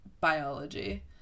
Biology